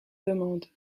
demande